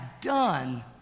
done